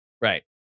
Right